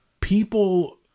people